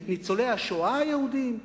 את ניצולי השואה היהודים?